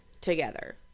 together